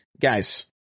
guys